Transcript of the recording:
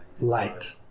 light